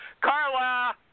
Carla